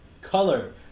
color